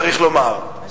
צריך לומר,